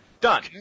Done